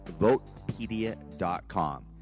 votepedia.com